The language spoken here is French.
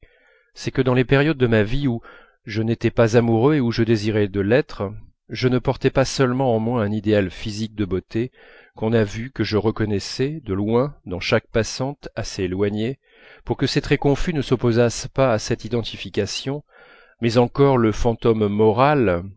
c'est que dans les périodes de ma vie où je n'étais pas amoureux et où je désirais l'être je ne portais pas seulement en moi un idéal physique de beauté qu'on a vu que je reconnaissais de loin dans chaque passante assez éloignée pour que ses traits confus ne s'opposassent pas à cette identification mais encore le fantôme moral